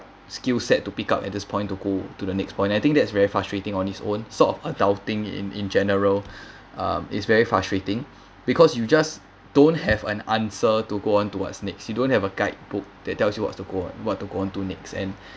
skill set to pick up at this point to go to the next point I think that's very frustrating on its own sort of adulting in in general um it's very frustrating because you just don't have an answer to go on to what's next you don't have a guidebook that tells you what's to go what to go onto next and